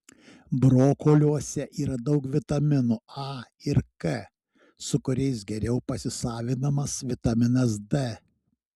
brokoliuose yra daug vitaminų a ir k su kuriais geriau pasisavinamas vitaminas d